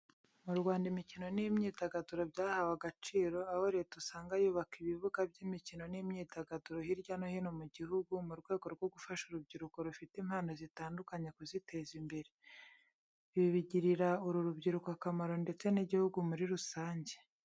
Mu Rwanda imikino n'imyidagaduro byahawe agaciro, aho Leta usanga yubaka ibibuga by'imikino n'imyidagaduro hirya no hino mu gihugu mu rwego rwo gufasha urubyiruko rufite impano zitandukanye kuziteza imbere. Ibi bigirira uru rubyiruko akamaro ndetse n'Igihugu muri rusange.